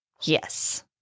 Yes